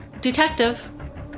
detective